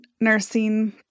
nursing